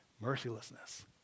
mercilessness